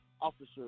officer